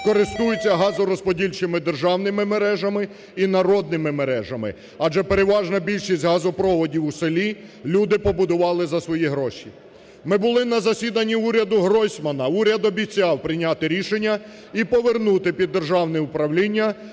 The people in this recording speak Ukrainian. користуються газорозподільчими державними мережами і народними мережами. Адже переважна більшість газопроводів у селі люди побудували за свої гроші. Ми були на засіданні уряду Гройсмана. Уряд обіцяв прийняти рішення і повернути під державне управління